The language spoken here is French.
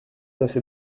assez